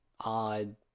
odd